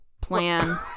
plan